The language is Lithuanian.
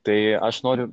tai aš noriu